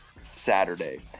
Saturday